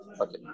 Okay